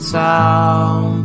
town